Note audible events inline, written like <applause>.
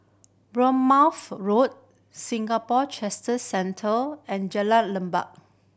Bournemouth Road Singapore <unintelligible> Centre and Jalan Lekub